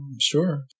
sure